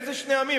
איזה שני עמים?